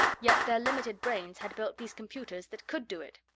yet their limited brains had built these computers that could do it.